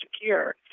secure